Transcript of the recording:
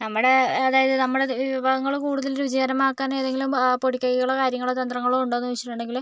നമ്മുടെ അതായത് നമ്മുടെ വിഭവങ്ങള് കൂടുതൽ രുചികരമാക്കാൻ ഏതെങ്കിലും പൊടികൈകള് കാര്യങ്ങള് തന്ത്രങ്ങളോ ഉണ്ടോ എന്ന് ചോദിച്ചിട്ടുണ്ടെങ്കില്